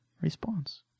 response